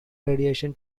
radiation